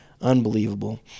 Unbelievable